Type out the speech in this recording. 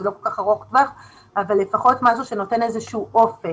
זה לא כל כך ארוך טווח אבל לפחות משהו שנותן איזשהו אופק.